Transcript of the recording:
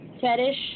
fetish